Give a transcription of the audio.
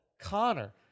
Connor